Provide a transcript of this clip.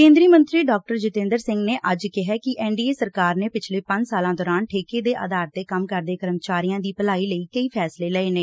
ਕੇਦਰੀ ਮੰਤਰੀ ਡਾ ਜਤੇਦਰ ਸਿੰਘ ਨੇ ਕਿਹੈ ਕਿ ਐਨ ਡੀ ਏ ਸਰਕਾਰ ਨੇ ਪਿਛਲੇ ਪੰਜ ਸਾਲਾ ਦੌਰਾਨ ਠੇਕੇ ਦੇ ਆਧਾਰ ਤੇ ਕੰਮ ਕਰਦੇ ਕਰਮਚਾਰੀਆਂ ਦੀ ਭਲਾਈ ਲਈ ਕਈ ਫੈਸਲੇ ਲਏ ਨੇ